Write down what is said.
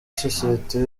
sosiyete